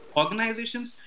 organizations